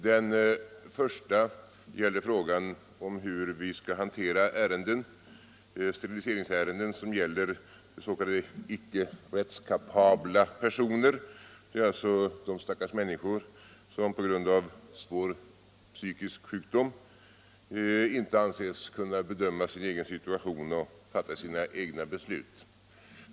Den första gäller frågan om hur vi skall hantera steriliseringsärenden som gäller s.k. icke rättskapabla personer — alltså de stackars människor som på grund av svår psykisk sjukdom inte anses kunna bedöma sin egen situation och fatta sina egna beslut.